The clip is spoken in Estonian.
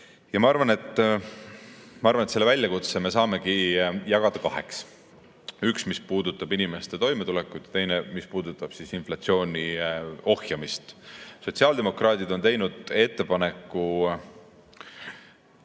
Ma arvan, et selle väljakutse me saame jagada kaheks: üks, mis puudutab inimeste toimetulekut, ja teine, mis puudutab inflatsiooni ohjeldamist. Sotsiaaldemokraadid on teinud ettepaneku